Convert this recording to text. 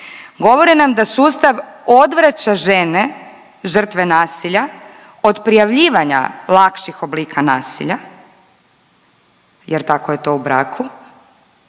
Govore nam da sustav odvraća žene žrtve nasilja od prijavljivanja lakših oblika nasilja jer „tako je to u braku“,